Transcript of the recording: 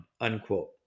unquote